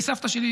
כי סבתא שלי,